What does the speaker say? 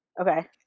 okay